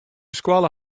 skoalle